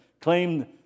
claimed